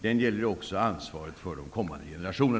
Den gäller också ansvaret för kommande generationer.